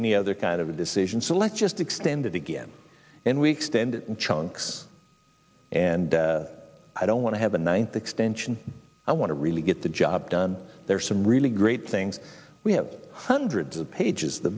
any other kind of a decision select just extended again and we extend and chunks and i don't want to have a ninth extension i want to really get the job done there are some really great things we have hundreds of pages